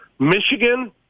Michigan